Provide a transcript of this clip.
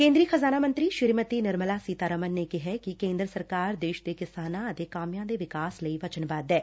ਕੇ ਂਦਰੀ ਖ਼ਜ਼ਾਨਾ ਮੰਤਰੀ ਸ੍ਰੀਮਤੀ ਨਿਰਮਲਾ ਸੀਤਾਰਮਨ ਨੇ ਕਿਹੈ ਕਿ ਕੇ ਂਦਰ ਸਰਕਾਰ ਦੇਸ਼ ਦੇ ਕਿਸਾਨਾਂ ਅਤੇ ਕਾਮਿਆਂ ਦੇ ਵਿਕਾਸ ਲਈ ਵਚਨਬੱਧ ਐ